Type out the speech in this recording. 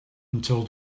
until